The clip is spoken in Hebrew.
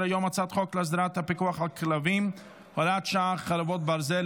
חוקה, ועדת חוקה.